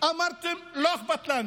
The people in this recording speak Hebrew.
אמרתם: לא אכפת לנו.